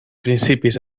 principis